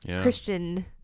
Christian